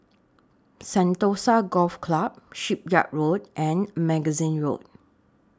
Sentosa Golf Club Shipyard Road and Magazine Road